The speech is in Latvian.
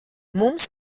mums